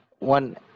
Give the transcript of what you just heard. One